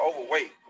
overweight